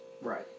Right